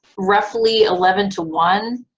roughly eleven to one